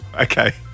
Okay